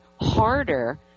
harder